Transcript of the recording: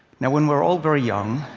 yeah when we're all very young,